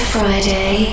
Friday